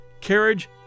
carriage